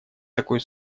такой